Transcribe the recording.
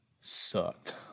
sucked